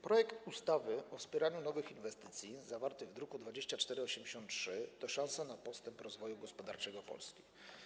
Projekt ustawy o wspieraniu nowych inwestycji, zawarty w druku nr 2483, to szansa na postęp rozwoju gospodarczego Polski.